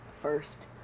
first